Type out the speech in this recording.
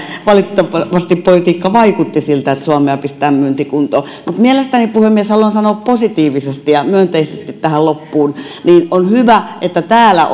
valitettavasti politiikka vaikutti siltä että suomea pistetään myyntikuntoon mutta puhemies haluan sanoa positiivisesti ja myönteisesti tähän loppuun on mielestäni hyvä että täällä